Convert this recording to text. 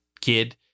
kid